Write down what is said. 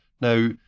Now